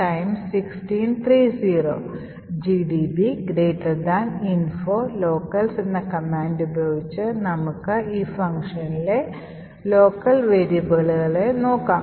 gdb info locals എന്ന command ഉപയോഗിച്ച് നമുക്ക് ഈ functionലെ local variableകളെ നോക്കാം